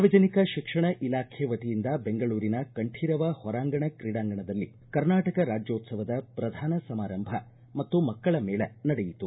ಸಾರ್ವಜನಿಕ ಶಿಕ್ಷಣ ಇಲಾಖೆ ವತಿಯಿಂದ ಬೆಂಗಳೂರಿನ ಕಂಠೀರವ ಹೊರಾಂಗಣ ಕ್ರೀಡಾಂಗಣದಲ್ಲಿ ಕರ್ನಾಟಕ ರಾಜ್ಗೋತ್ಸವದ ಪ್ರಧಾನ ಸಮಾರಂಭ ಮತ್ತು ಮಕ್ಕಳ ಮೇಳ ನಡೆಯಿತು